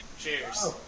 Cheers